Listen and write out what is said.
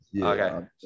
Okay